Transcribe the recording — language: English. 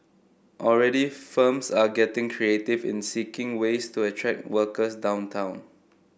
already firms are getting creative in seeking ways to attract workers downtown